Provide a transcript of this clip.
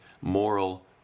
moral